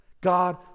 God